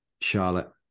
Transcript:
Charlotte